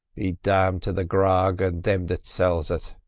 be damned to the grog and thim that sells it!